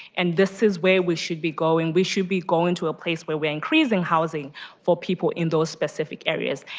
and this is where we should be going. we should be going to a place where we are increasing housing for people in those specific areas.